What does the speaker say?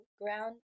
ground